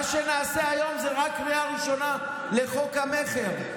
מה שנעשה היום זה רק קריאה ראשונה לחוק המכר,